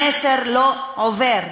המסר לא עובר.